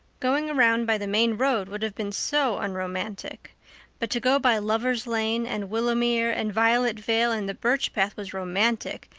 going around by the main road would have been so unromantic but to go by lover's lane and willowmere and violet vale and the birch path was romantic,